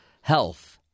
health